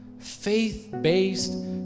faith-based